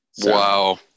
Wow